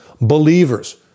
believers